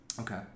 Okay